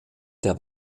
der